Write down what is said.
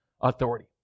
authority